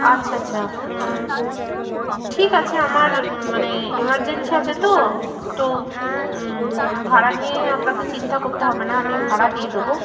আচ্ছা আচ্ছা ঠিক আছে আমার মানে ইমারজেন্সি আছে তো তো ভাড়া নিয়ে আপনাকে চিন্তা করতে হবে না আমি ভাড়া দিয়ে দেব